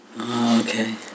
Okay